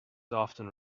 often